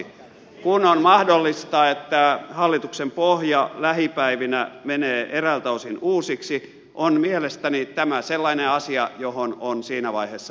kun on mahdollista että hallituksen pohja lähipäivinä menee eräiltä osin uusiksi on mielestäni tämä sellainen asia johon on siinä vaiheessa palattava